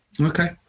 okay